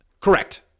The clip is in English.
Correct